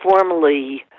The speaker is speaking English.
formally